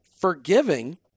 forgiving